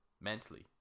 mentally